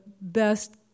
best